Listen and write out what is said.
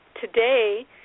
today